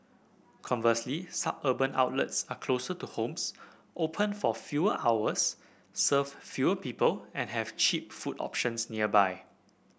conversely suburban outlets are closer to homes open for fewer hours serve fewer people and have cheap food options nearby